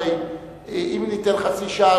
הרי גם אם ניתן חצי שעה,